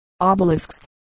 obelisks